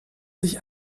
sich